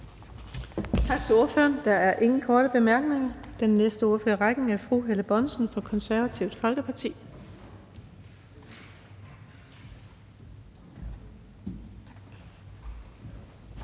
Tak til ordføreren. Der er ingen korte bemærkninger. Den næste ordfører i rækken er fru Helle Bonnesen fra Det Konservative Folkeparti.